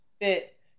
fit